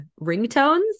ringtones